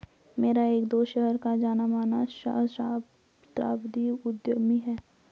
मेरा एक दोस्त शहर का जाना माना सहस्त्राब्दी उद्यमी है